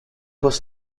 was